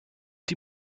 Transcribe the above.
die